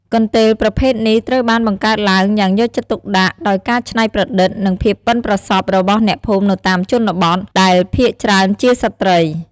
កន្ទេលប្រភេទនេះត្រូវបានបង្កើតឡើងយ៉ាងយកចិត្តទុកដាក់ ដោយការច្នៃប្រឌិត និងភាពប៉ិនប្រសប់របស់អ្នកភូមិនៅតាមជនបទ ដែលភាគច្រើនជាស្ត្រី។